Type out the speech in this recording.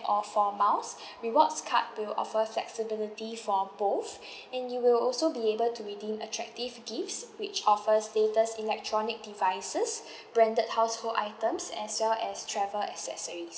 or for miles rewards card will offer flexibility for both and you will also be able to redeem attractive gifts which offers latest electronic devices branded household items as well as travel accessories